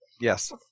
Yes